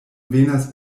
venas